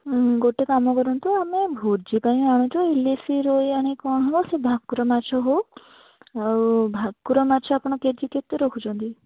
ଗୋଟେ କାମ କରନ୍ତୁ ଆମେ ଭୋଜି ପାଇଁ ଆଣୁଛୁ ଇଲିଶି ରୋହି ଆଣିକି କ'ଣ ହେବ ସେ ଭାକୁର ମାଛ ହଉ ଆଉ ଭାକୁର ମାଛ ଆପଣ କେଜି କେତେ ରଖୁଛନ୍ତି